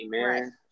Amen